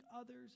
others